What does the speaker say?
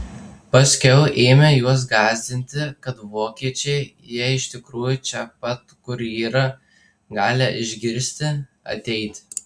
paskiau ėmė juos gąsdinti kad vokiečiai jei iš tikrųjų čia pat kur yra gali išgirsti ateiti